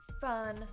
fun